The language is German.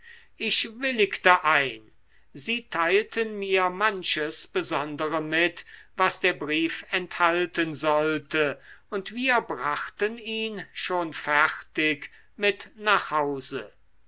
ich willigte ein sie teilten mir manches besondere mit was der brief enthalten sollte und wir brachten ihn schon fertig mit nach hause